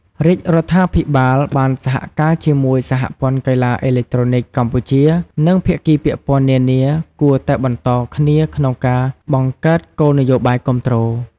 រាជរដ្ឋាភិបាល បានសហការជាមួយសហព័ន្ធកីឡាអេឡិចត្រូនិកកម្ពុជា និងភាគីពាក់ព័ន្ធនានាគួរតែបន្តគ្នាក្នុងការបង្កើតគោលនយោបាយគាំទ្រ។